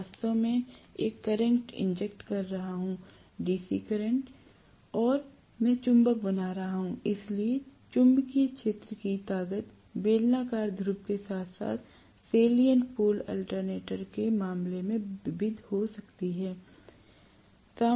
मैं वास्तव में एक करंट इंजेक्ट कर रहा हूं डीसी करंट और मैं चुंबक बना रहा हूं इसलिए चुंबकीय क्षेत्र की ताकत बेलनाकार ध्रुव के साथ साथ सेल्यन्ट पोल अल्टरनेटर के मामले में विविध हो सकती है